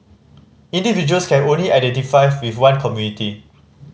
individuals can only identify with one community